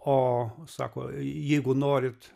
o sako jeigu norit